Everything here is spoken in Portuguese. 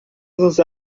nos